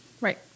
Right